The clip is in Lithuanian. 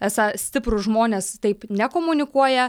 esą stiprūs žmonės taip nekomunikuoja